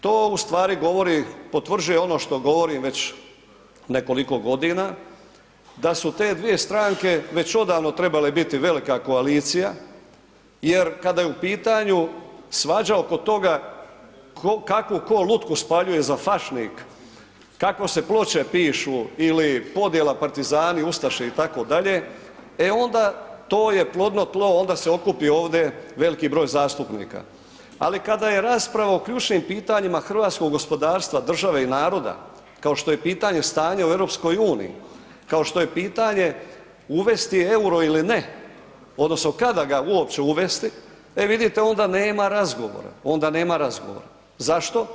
To ustvari govori, potvrđuje ono što govorim već nekoliko godina, da su te dvije stranke već odavno trebale biti velika koalicija jer kada je u pitanju svađa oko toga kakvu ko lutku spaljuje za fašnik, kako se ploče pišu ili podjela partizani-ustaše itd., e onda to je plodno tlo, onda se okupi ovdje veliki broj zastupnika ali kada je rasprava o ključnim pitanjima hrvatskog gospodarstva, države i naroda kao što je pitanje stanja u EU-u, kao što je pitanje uvesti euro ili ne, odnosno kada ga uopće uvesti, e vidite, onda nema razgovora, onda nema razgovora, zašto?